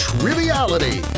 Triviality